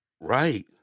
right